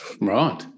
Right